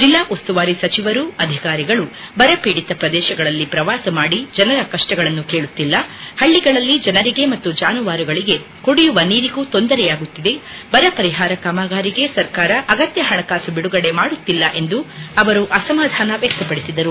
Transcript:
ಜಿಲ್ಲಾ ಉಸ್ತುವಾರಿ ಸಚಿವರು ಅಧಿಕಾರಿಗಳು ಬರಪೀಡಿತ ಪ್ರದೇಶಗಳಲ್ಲಿ ಪ್ರವಾಸ ಮಾಡಿ ಜನರ ಕಷ್ಟಗಳನ್ನು ಕೇಳುತ್ತಿಲ್ಲ ಹಳ್ಳಿಗಳಲ್ಲಿ ಜನರಿಗೆ ಮತ್ತು ಜಾನುವಾರುಗಳಿಗೆ ಕುಡಿಯುವ ನೀರಿಗೂ ತೊಂದರೆಯಾಗುತ್ತಿದೆ ಬರ ಪರಿಹಾರ ಕಾಮಗಾರಿಗೆ ಸರ್ಕಾರ ಅಗತ್ಯ ಹಣಕಾಸು ಬಿಡುಗಡೆ ಮಾಡುತ್ತಿಲ್ಲ ಎಂದು ಅವರು ಅಸಮಾಧಾನ ವ್ಯಕ್ತಪದಿಸಿದರು